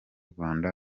rwanda